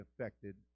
affected